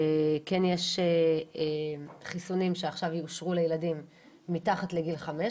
כן התבשרנו שיש חיסונים שעכשיו יאושרו לילדים מתחת לגיל 5,